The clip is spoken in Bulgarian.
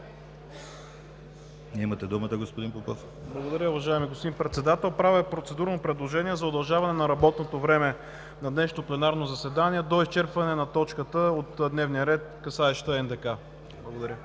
(БСП за България): Благодаря, уважаеми господин Председател. Правя процедурно предложение за удължаване на работното време на днешното пленарно заседание до изчерпване на точката от дневния ред, касаеща НДК. Благодаря.